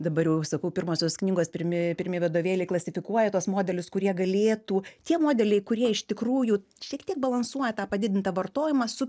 dabar jau sakau pirmosios knygos pirmi pirmi vadovėliai klasifikuoja tuos modelius kurie galėtų tie modeliai kurie iš tikrųjų šiek tiek balansuoja tą padidintą vartojimą su